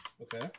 Okay